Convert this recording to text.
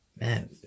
man